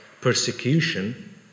persecution